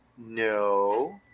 no